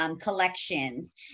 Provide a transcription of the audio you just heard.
collections